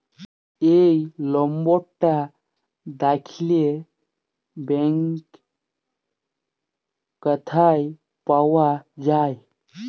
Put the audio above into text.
এই লম্বরটা দ্যাখলে ব্যাংক ক্যথায় পাউয়া যায়